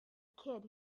kid